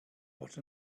what